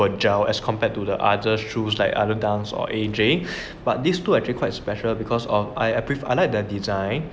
fragile as compared to the others shoes like other dance or A_J but these two are actually quite special because of I prefer I like the design